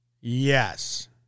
Yes